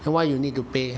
then why you need to pay